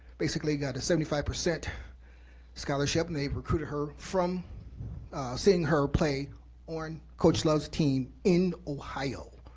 basically got a seventy five percent scholarship, and they recruited her from seeing her play on coach love's team in ohio,